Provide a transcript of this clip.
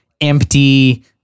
empty